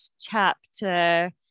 chapter